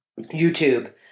YouTube